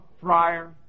friar